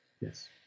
Yes